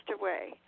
away